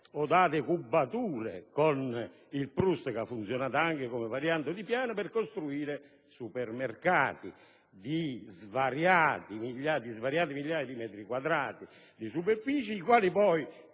deroga, con il PRUSST che ha funzionato anche come variante di piano per costruire supermercati di svariate migliaia di metri quadrati di superficie che poi